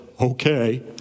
okay